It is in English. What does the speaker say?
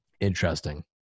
interesting